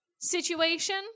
situation